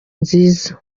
nziza